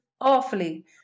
awfully